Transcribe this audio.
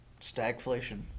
stagflation